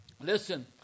Listen